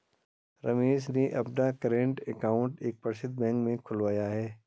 रमेश ने अपना current account एक प्रसिद्ध बैंक में खुलवाया है